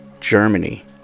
Germany